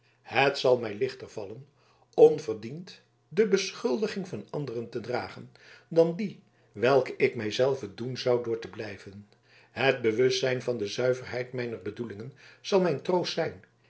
het zal mij lichter vallen onverdiend de beschuldiging van anderen te dragen dan die welke ik mij zelve doen zou door te blijven het bewustzijn van de zuiverheid mijner bedoelingen zal mijn troost zijn